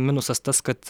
minusas tas kad